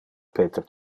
peter